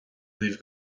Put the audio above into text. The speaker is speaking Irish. daoibh